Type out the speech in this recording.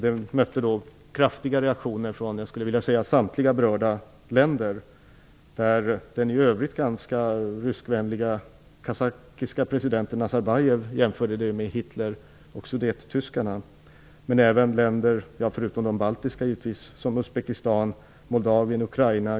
Detta möttes av kraftiga reaktioner från i princip samtliga berörda länder. Den i övrigt ganska ryskvänliga kazakiske presidenten Nazarbajev jämförde det med Hitler och sudettyskarna. Förutom de baltiska länderna reagerade Uzbekistan, Moldavien, Ukraina.